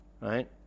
right